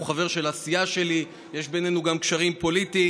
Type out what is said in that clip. הוא חבר של הסיעה שלי ויש בינינו גם קשרים פוליטיים.